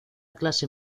clase